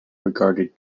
regarded